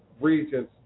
regions